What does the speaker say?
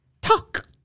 talk